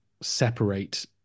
separate